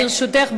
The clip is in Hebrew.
ברשותך,